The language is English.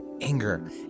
anger